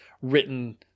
written